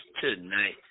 tonight